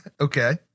Okay